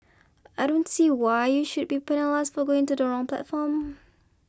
I don't see why you should be penalised for going to the wrong platform